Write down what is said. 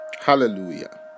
Hallelujah